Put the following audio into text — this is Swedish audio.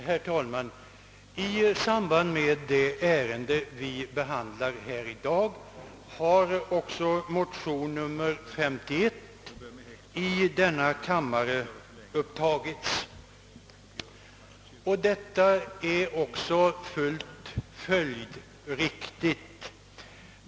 Herr talman! I samband med det ärende vi behandlar här i dag har också motion nr 51 i denna kammare upptagits. Detta är fullt följdriktigt.